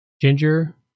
Ginger